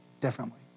differently